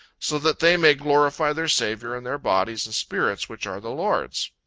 so that they may glorify their saviour in their bodies and spirits which are the lord's.